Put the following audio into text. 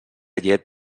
llet